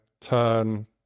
turn